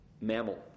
mammal